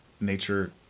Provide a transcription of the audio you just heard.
nature